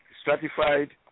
stratified